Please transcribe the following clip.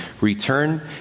Return